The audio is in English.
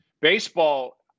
Baseball